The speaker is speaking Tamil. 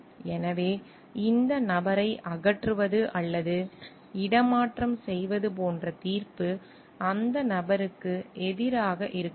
எனவே இந்த நபரை அகற்றுவது அல்லது இடமாற்றம் செய்வது போன்ற தீர்ப்பு அந்த நபருக்கு எதிராக இருக்கலாம்